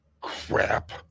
crap